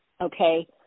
okay